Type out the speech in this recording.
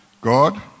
God